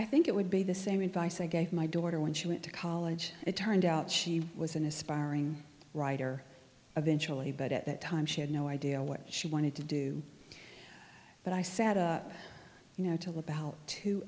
i think it would be the same advice i gave my daughter when she went to college it turned out she was an aspiring writer eventually but at that time she had no idea what she wanted to do but i sat up you know till about two